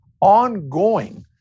ongoing